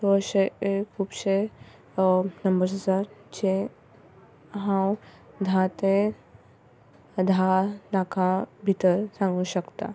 अशे खुबशे नंबर्स आसात जे हांव धा ते धा लाखां भितर सांगूंक शकता